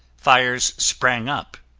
fires sprang up.